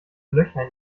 löcher